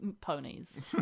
ponies